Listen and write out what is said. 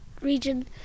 region